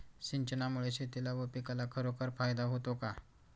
सिंचनामुळे शेतीला व पिकाला खरोखर फायदा होतो का?